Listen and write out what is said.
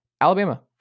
Alabama